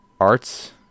arts